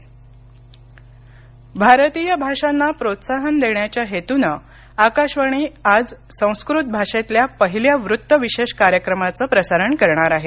संस्कत साप्ताहिकी भारतीय भाषांना प्रोत्साहन देण्याच्या हेतूनं आकाशवाणी आज संस्कृत भाषेतल्या पहिल्या वृत्तविशेष कार्यक्रमाचं प्रसारण करणार आहे